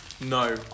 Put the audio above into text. No